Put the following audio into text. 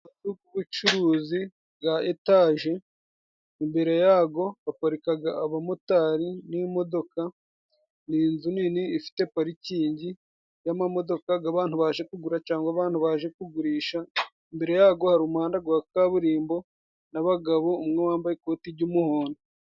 Amazu y'ubucuruzi ya etaje, imbere yayo haparika abamotari n'imodoka, ni inzu nini ifite parikingi y'amamodoka y'abantu baje kugura, cyangwa abantu baje kugurisha. Imbere yayo hari umuhanda wa kaburimbo, n'abagabo umwe wambaye ikoti ry'umuhondo.